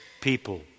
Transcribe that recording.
people